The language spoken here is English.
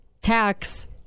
tax